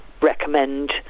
recommend